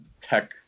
tech